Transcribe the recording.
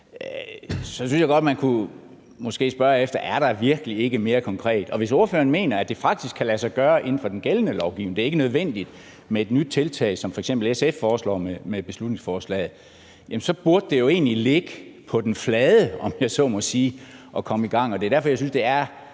Så synes jeg godt, at man måske kunne spørge efter: Er der virkelig ikke noget mere konkret? Og hvis ordføreren mener, at det faktisk kan lade sig gøre inden for den gældende lovgivning, altså at det ikke er nødvendigt med et nyt tiltag, sådan som SF foreslår med beslutningsforslaget, så burde det jo egentlig ligge på den flade hånd, om jeg så må sige, at komme i gang. Det er derfor, jeg synes, det er